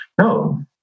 No